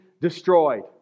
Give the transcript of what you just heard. destroyed